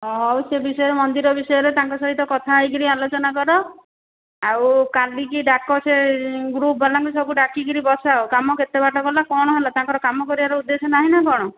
ହେଉ ସେ ବି ସେଇ ମନ୍ଦିର ବିଷୟରେ ତାଙ୍କ ସହିତ କଥା ହୋଇକରି ଆଲୋଚନା କର ଆଉ କାଲିକି ଡାକ ସେ ଗ୍ରୁପବାଲାଙ୍କୁ ସବୁ ଡାକିକି ବସାଅ କାମ କେତେ ବାଟ ଗଲା କଣ ହେଲା ତାଙ୍କର କାମ କରିବାର ଉଦ୍ଦେଶ୍ୟ ନାହିଁ ନା କ'ଣ